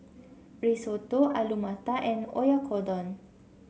Risotto Alu Matar and Oyakodon